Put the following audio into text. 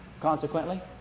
Consequently